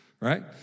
right